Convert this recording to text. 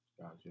Gotcha